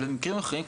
במקרים אחרים,